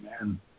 amen